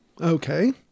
Okay